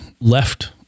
left